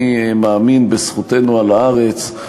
אני מאמין בזכותנו על הארץ,